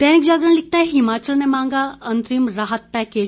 दैनिक जागरण लिखता है हिमाचल ने मांगा अंतरिम राहत पैकेज